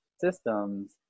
systems